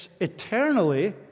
eternally